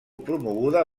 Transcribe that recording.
promoguda